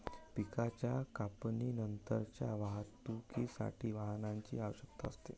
पिकाच्या कापणीनंतरच्या वाहतुकीसाठी वाहनाची आवश्यकता असते